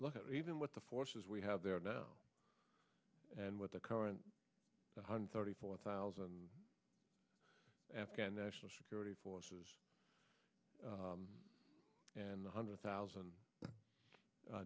look at it even with the forces we have there now and with the current one hundred thirty four thousand afghan national security forces and one hundred thousand